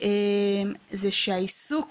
שהעיסוק